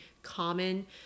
common